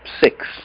six